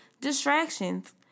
distractions